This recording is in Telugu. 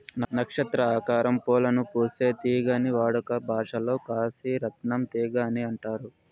నక్షత్ర ఆకారం పూలను పూసే తీగని వాడుక భాషలో కాశీ రత్నం తీగ అని అంటారు